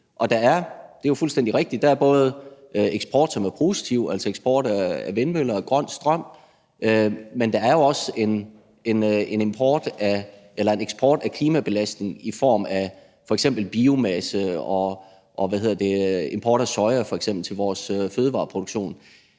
anliggende? Det er fuldstændig rigtigt, at der er eksport, som er positiv, altså eksport af vindmøller og grøn strøm, men der er jo også en klimabelastende eksport i form af f.eks. biomasse, og der er import af soja til vores fødevareproduktion.